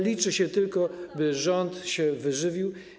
Liczy się tylko to, by rząd się wyżywił.